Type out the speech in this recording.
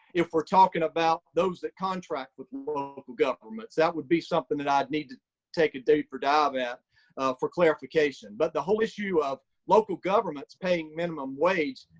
if we're talking about those that contract with local governments, that would be something that i'd need to take a deeper dive in for clarification. but the whole issue of local governments paying minimum wage,